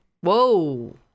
Whoa